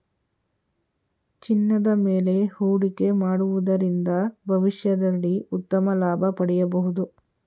ಚಿನ್ನದ ಮೇಲೆ ಹೂಡಿಕೆ ಮಾಡುವುದರಿಂದ ಭವಿಷ್ಯದಲ್ಲಿ ಉತ್ತಮ ಲಾಭ ಪಡೆಯಬಹುದು